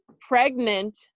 pregnant